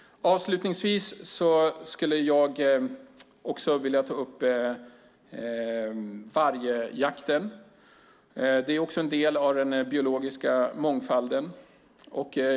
Avslutningsvis skulle jag vilja ta upp frågan om vargjakten. Vargen är också en del av den biologiska mångfalden.